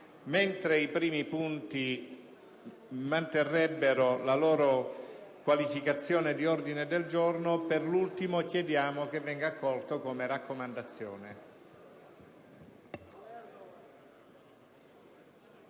mentre i primi punti manterrebbero la loro qualificazione di ordine del giorno, per l'ultimo punto accettiamo che venga accolto come raccomandazione.